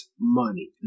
money